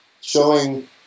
showing